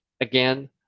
again